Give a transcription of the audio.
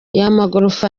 y’amagorofa